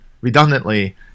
redundantly